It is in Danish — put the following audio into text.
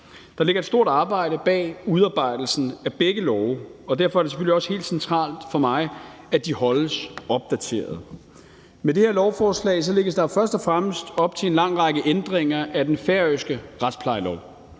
der ligger et stort arbejde bag udarbejdelsen af begge love, og derfor er det selvfølgelig også helt centralt for mig, at de holdes opdateret. Med det her lovforslag lægges der jo først og fremmest op til en lang række ændringer af den færøske retsplejelov.